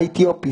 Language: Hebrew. האתיופי.